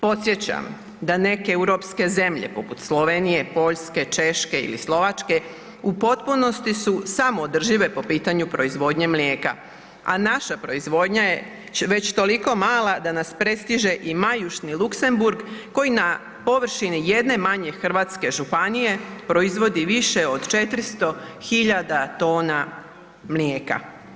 Podsjećam da neke europske zemlje poput Slovenije, Poljske, Češke ili Slovačke u potpunosti su samoodržive po pitanju proizvodnje mlijeka, a naša proizvodnja je već toliko mala da nas prestiže i majušni Luxemburg koji na površini jedne manje hrvatske županije proizvodi više od 400.000 tona mlijeka.